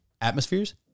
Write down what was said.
Atmospheres